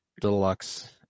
deluxe